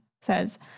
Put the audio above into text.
says